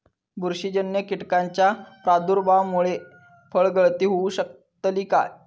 बुरशीजन्य कीटकाच्या प्रादुर्भावामूळे फळगळती होऊ शकतली काय?